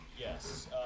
Yes